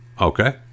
okay